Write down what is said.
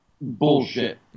bullshit